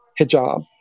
hijab